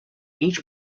each